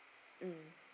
mm